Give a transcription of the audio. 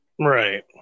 Right